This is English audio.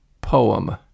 poem